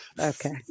Okay